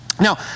Now